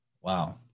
wow